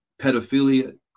pedophilia